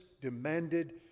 demanded